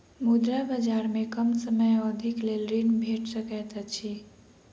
मुद्रा बजार में कम समय अवधिक लेल ऋण भेट सकैत अछि